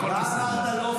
הכול בסדר.